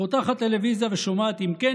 פותחת טלוויזיה ושומעת: אם כן,